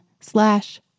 slash